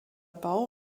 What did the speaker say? bau